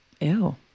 Ew